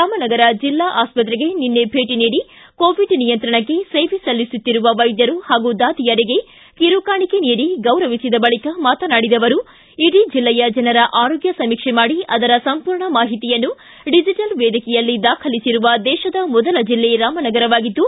ರಾಮನಗರ ಜೆಲ್ಲಾ ಆಸ್ವತೆಗೆ ನಿನ್ನೆ ಭೇಟ ನೀಡಿ ಕೊವಿಡ್ ನಿಯಂತ್ರಣಕ್ಕೆ ಸೇವೆ ಸಲ್ಲಿಸುತ್ತಿರುವ ವೈದ್ಯರು ಹಾಗೂ ದಾದಿಯರಿಗೆ ಕಿರು ಕಾಣಿಕೆ ನೀಡಿ ಗೌರವಿಸಿದ ಬಳಿಕ ಮಾತನಾಡಿದ ಅವರು ಇಡೀ ಜಿಲ್ಲೆಯ ಜನರ ಆರೋಗ್ಡ ಸಮೀಕ್ಷೆ ಮಾಡಿ ಅದರ ಸಂಪೂರ್ಣ ಮಾಹಿತಿಯನ್ನು ಡಿಜಿಟಲ್ ವೇದಿಕೆಯಲ್ಲಿ ದಾಖಲಿಸಿರುವ ದೇಶದ ಮೊದಲ ಜಿಲ್ಲೆ ರಾಮನಗರವಾಗಿದ್ದು